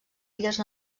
illes